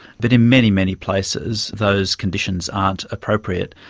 but in many, many places those conditions aren't appropriate.